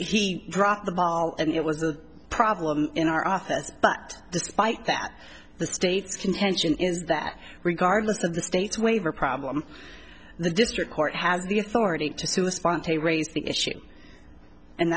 he dropped the ball and it was a problem in our office but despite that the state contention is that regardless of the state's waiver problem the district court has the authority to sue a spontaneous thing issue and